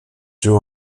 joe